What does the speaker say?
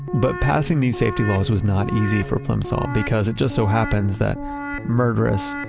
but passing these safety laws was not easy for plimsoll because it just so happens that murderous,